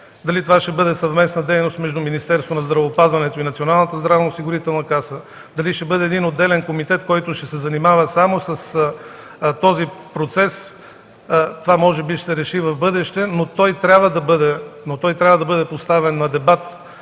Дали това ще бъде съвместна дейност между Министерството на здравеопазването и Националната здравноосигурителна каса, дали ще бъде един отделен комитет, който ще се занимава само с този процес, това може би ще се реши в бъдеще, но той трябва да бъде поставен на дебат.